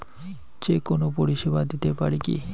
যে কোনো পরিষেবা দিতে পারি কি?